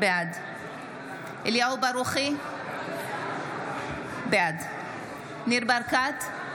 בעד אליהו ברוכי, בעד ניר ברקת,